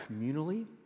communally